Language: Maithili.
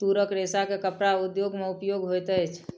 तूरक रेशा के कपड़ा उद्योग में उपयोग होइत अछि